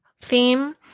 theme